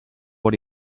what